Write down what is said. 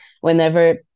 whenever